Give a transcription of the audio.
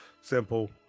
simple